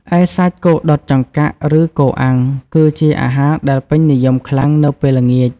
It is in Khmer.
ឯសាច់គោដុតចង្កាក់ ឬគោអាំង គឺជាអាហារដែលពេញនិយមខ្លាំងនៅពេលល្ងាច ។